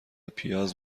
پیاز